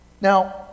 Now